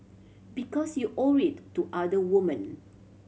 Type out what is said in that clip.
because you owe it to other woman